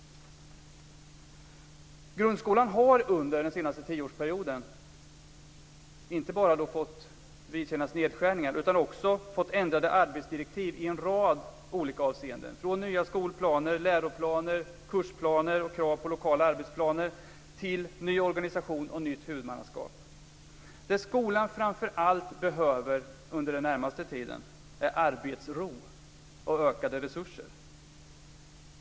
Grundskolan har under den senaste tioårsperioden inte bara fått vidkännas nedskärningar utan också fått ändrade arbetsdirektiv i en rad olika avseenden. Det gäller allt från nya skolplaner, läroplaner, kursplaner och krav på lokala arbetsplaner till ny organisation och nytt huvudmannaskap. Det skolan framför allt behöver under den närmaste tiden är arbetsro och ökade resurser.